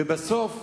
ובסוף,